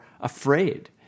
afraid